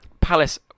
Palace